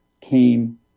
came